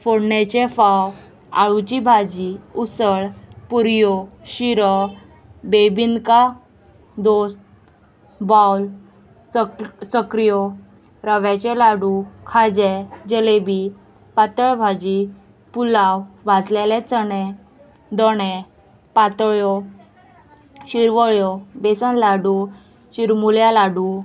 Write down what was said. फोडणेचे फाव आळूची भाजी उसळ पुरयो शिरो बेबिंदका दोस बावल चक्र चक्री रव्याचें लाडू खाजें जलेबी पातळ भाजी पुलाव वाचलेले चणे दोणे पातळ्यो शिरवळ्यो बेसन लाडू शिरमुल्या लाडू